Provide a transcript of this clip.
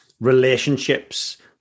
relationships